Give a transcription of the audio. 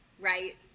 right